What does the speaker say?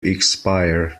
expire